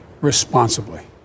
responsibly